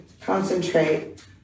concentrate